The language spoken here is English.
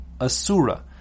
Asura